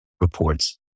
reports